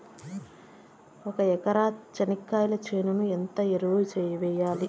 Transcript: ఒక ఎకరా చెనక్కాయ చేనుకు ఎంత ఎరువులు వెయ్యాలి?